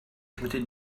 cymryd